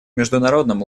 международном